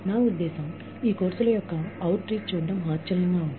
నా ఉద్దేశ్యం ఈ కోర్సుల విస్తరణను చూడటం ఆశ్చర్యంగా ఉంది